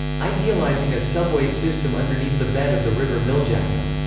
idealizing a subway system underneath the bed of the river miljacka.